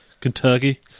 Kentucky